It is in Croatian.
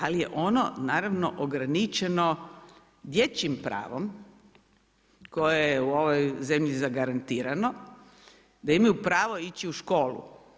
Ali je ono naravno, ograničeno dječjim pravom koje je u ovoj zemlji zagarantirano da imaju pravo ići u školu.